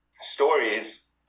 stories